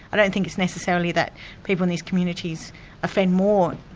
i don't think it's necessarily that people in these communities offend more,